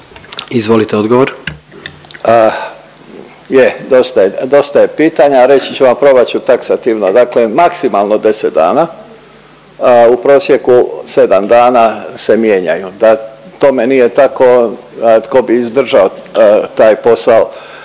Davor (HDZ)** Je dosta je pitanja, reći ću probat ću taksativno, dakle maksimalno 10 dana u prosjeku sedam dana se mijenjaju, da tome nije tako tko bi izdržao taj posao